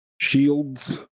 Shields